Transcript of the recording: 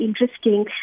interesting